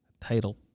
title